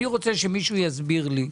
אני רוצה שמישהו יסביר לי,